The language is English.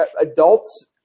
adults